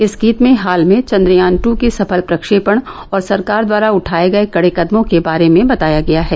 इस गीत में हाल में चन्द्रयान दू के सफल प्रक्षेपण और सरकार द्वारा उठाये गये कड़े कदमों के बारे में बताया गया है